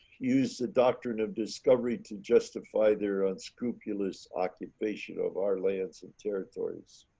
used the doctrine of discovery to justify their unscrupulous occupation of our lands and territories.